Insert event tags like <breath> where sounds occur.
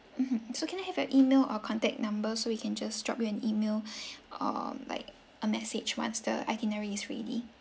mmhmm so can I have your email or contact number so we can just drop you an email <breath> um like a message once the itinerary is ready